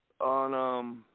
on